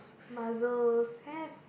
mussels have